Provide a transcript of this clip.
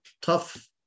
tough